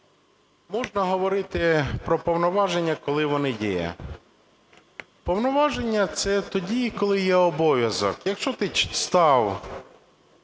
можна говорити про повноваження, коли вони є. Повноваження – це тоді, коли є обов'язок. Якщо ти став